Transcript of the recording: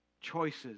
choices